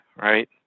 right